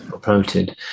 promoted